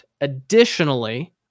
Additionally